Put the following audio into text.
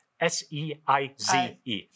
S-E-I-Z-E